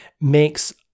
makes